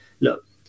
Look